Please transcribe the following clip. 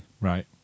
Right